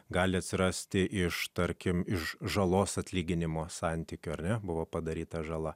gali atsirasti iš tarkim iš žalos atlyginimo santykio ar buvo padaryta žala